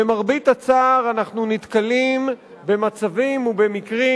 למרבה הצער אנחנו נתקלים במצבים ובמקרים